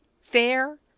fair